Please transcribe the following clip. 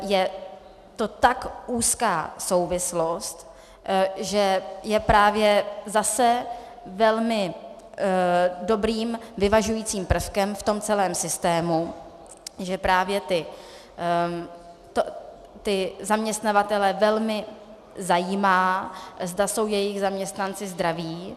Je to tak úzká souvislost, že je právě zase velmi dobrým vyvažujícím prvkem v tom celém systému, že právě ty zaměstnavatele velmi zajímá, zda jsou jejich zaměstnanci zdraví.